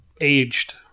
aged